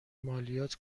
مالیات